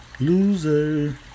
Loser